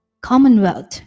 Commonwealth